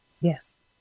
yes